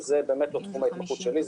זה לא תחום ההתמחות שלי,